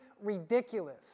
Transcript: ridiculous